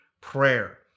prayer